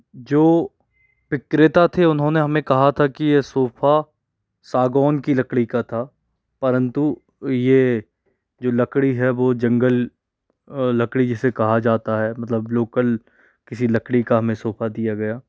जो विक्रेता थे उन्होंने हमें कहा था कि यह सोफ़ा सागौन की लकड़ी का था परंतु यह लकड़ी है वह जंगल लकड़ी जिसे कहा जाता है मतलब लोकल किसी लकड़ी का हमें सोफ़ा दिया गया